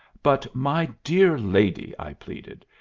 but, my dear lady, i pleaded,